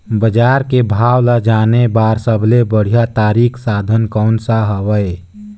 बजार के भाव ला जाने बार सबले बढ़िया तारिक साधन कोन सा हवय?